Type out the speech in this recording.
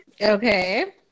Okay